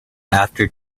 after